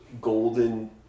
golden